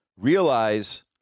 realize